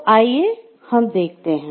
तो आइये हम देखते हैं